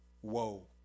Whoa